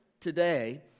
today